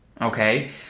okay